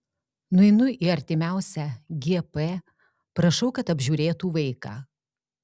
nueinu į artimiausią gp prašau kad apžiūrėtų vaiką